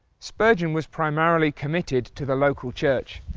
spurgeon was primarily committed to the local church.